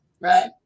Right